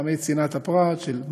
מטעמי צנעת הפרט, של מחלות,